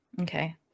Okay